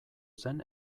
zen